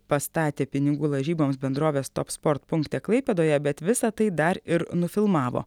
pastatė pinigų lažyboms bendrovės top sport punkte klaipėdoje bet visa tai dar ir nufilmavo